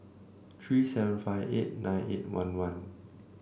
three seven five eight nine eight one one